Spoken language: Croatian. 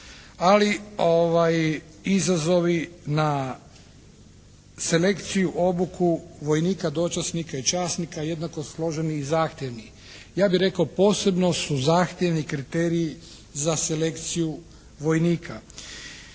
ali izazovi na selekciju, obuku vojnika, dočasnika i časnika jednako složeni i zahtjevni. Ja bih rekao posebno su zahtjevni kriteriji za selekciju vojnika.